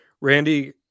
Randy